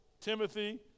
Timothy